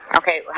okay